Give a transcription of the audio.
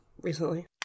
recently